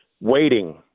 waiting